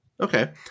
Okay